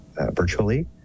virtually